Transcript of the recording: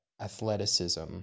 athleticism